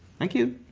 thank you.